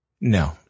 No